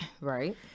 Right